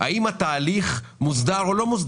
האם התהליך מוסדר או לא.